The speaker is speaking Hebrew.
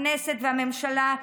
הכנסת והממשלה,